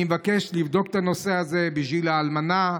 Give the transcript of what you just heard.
אני מבקש לבדוק את הנושא הזה בשביל האלמנה,